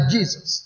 Jesus